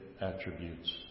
attributes